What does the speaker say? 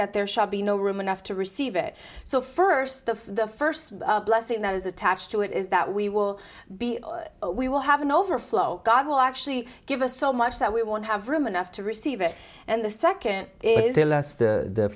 that there shall be no room enough to receive it so first of the first blessing that is attached to it is that we will be we will have an overflow god will actually give us so much that we won't have room enough to receive it and the second is the